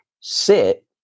sit